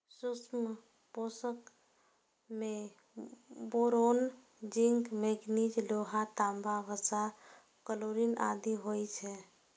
सूक्ष्म पोषक मे बोरोन, जिंक, मैगनीज, लोहा, तांबा, वसा, क्लोरिन आदि होइ छै